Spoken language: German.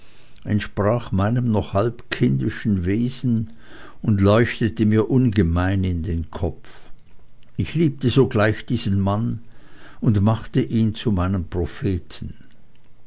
entsprach meinem noch halbkindischen wesen und leuchtete mir ungemein in den kopf ich liebte sogleich diesen mann und machte ihn zu meinem propheten